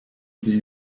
sie